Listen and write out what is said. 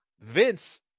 Vince